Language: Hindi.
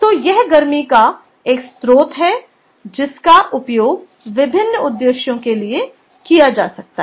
तो यह गर्मी का एक स्रोत है जिसका उपयोग विभिन्न उद्देश्यों के लिए किया जा सकता है